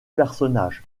personnages